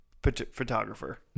photographer